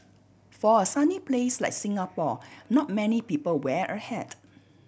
for a sunny place like Singapore not many people wear a hat